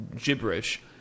gibberish